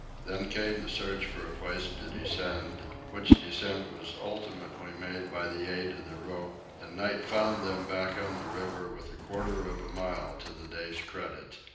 then came the search for a place to descend, which descent was ultimately made by the aid of the rope, and night found them back on the river with a quarter of a mile to the day's credit.